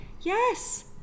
Yes